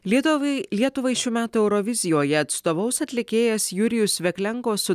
lietuvai lietuvai šių metų eurovizijoje atstovaus atlikėjas jurijus veklenko su